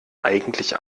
eigentlich